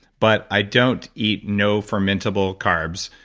but i don't eat no fermentable carbs,